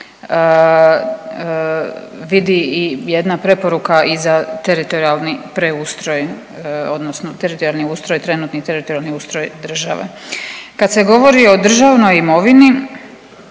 vidi i jedna preporuka i za teritorijalni preustroj odnosno teritorijalni ustroj, trenutni teritorijalni ustroj države. Kad se govori o državnoj imovini,